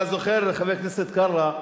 אתה זוכר, חבר הכנסת קרא,